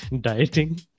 dieting